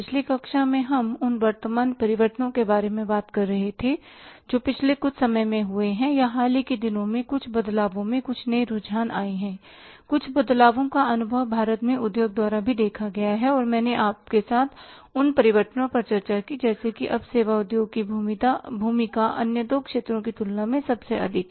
पिछली कक्षा में हम उन वर्तमान परिवर्तनों के बारे में बात कर रहे थे जो पिछले कुछ समय में हुए हैं या हाल के दिनों में कुछ बदलावों में कुछ नए रुझान आए हैं कुछ बदलावों का अनुभव भारत में उद्योग द्वारा भी देखा गया है और मैंने आपके साथ उन परिवर्तनों पर चर्चा की जैसे कि अब सेवा उद्योग की भूमिका अन्य दो क्षेत्रों की तुलना में सबसे अधिक है